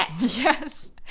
yes